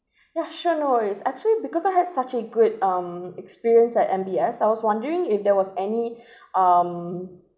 yeah sure no worries actually because I had such a good um experience at M_B_S I was wondering if there was any um